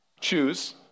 choose